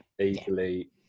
easily